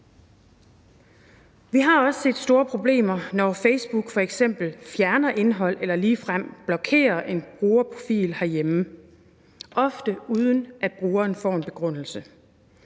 Vi har også set store problemer, når Facebook f.eks. fjerner indhold eller ligefrem blokerer en brugerprofil herhjemme – ofte uden at brugeren får en begrundelse.